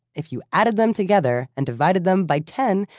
if you added them together and divided them by ten,